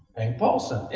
hank paulson.